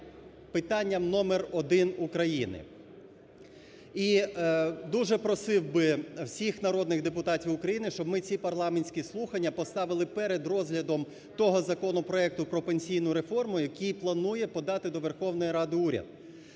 питанням номер один України. І дуже просив би всіх народних депутатів України, щоб ми ці парламентські слухання поставили перед розглядом того законопроекту про пенсійну реформу, який планує подати до Верховної Ради уряд.